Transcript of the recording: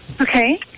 Okay